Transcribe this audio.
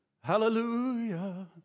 hallelujah